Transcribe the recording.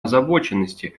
озабоченности